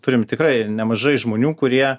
turim tikrai nemažai žmonių kurie